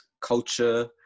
culture